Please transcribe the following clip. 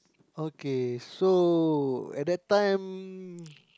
okay so at that time